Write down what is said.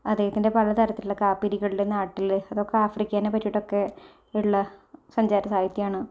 അദ്ദേഹത്തിന്റെ പലതരത്തിലുള്ള കാപ്പിരികളുടെ നാട്ടിൽ അതൊക്കെ ആഫ്രീക്കേനെ പറ്റിയിട്ടൊക്കെ ഉള്ള സഞ്ചാര സാഹിത്യമാണ്